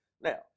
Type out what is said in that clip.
now